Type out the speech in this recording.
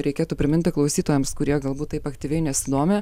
reikėtų priminti klausytojams kurie galbūt taip aktyviai nesidomi